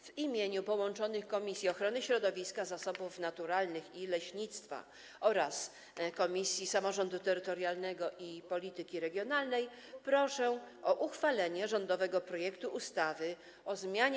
W imieniu połączonych komisji: Komisji Ochrony Środowiska, Zasobów Naturalnych i Leśnictwa oraz Komisji Samorządu Terytorialnego i Polityki Regionalnej proszę o uchwalenie rządowego projektu ustawy o zmianie